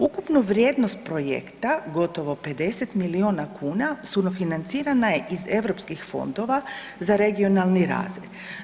Ukupna vrijednost projekta gotovo 50 milijuna kuna sufinancirana je iz EU fondova za regionalni razvoj.